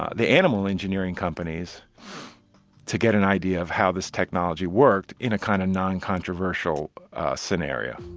ah the animal engineering companies to get an idea of how this technology worked in a kind of non-controversial scenario.